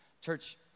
Church